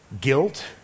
guilt